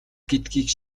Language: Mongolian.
гэдгийг